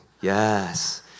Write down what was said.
yes